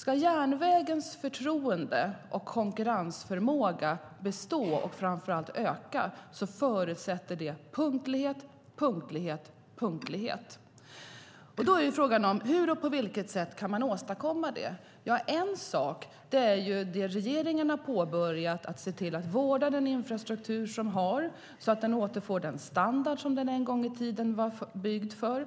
Om järnvägens förtroende och konkurrensförmåga bestå och framför allt öka förutsätter det punktlighet, punktlighet och punktlighet. Då är frågan: Hur och på vilket sätt kan man åstadkomma detta? En sak är det som regeringen har påbörjat - att se till att vårda den infrastruktur som vi har så att den återfår den standard som den en gång i tiden var byggd för.